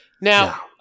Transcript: Now